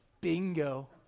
Bingo